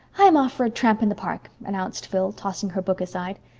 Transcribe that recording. i'm off for a tramp in the park, announced phil, tossing her book aside.